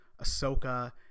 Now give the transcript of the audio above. Ahsoka